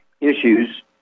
issues